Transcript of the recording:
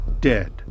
dead